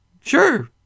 Sure